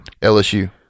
LSU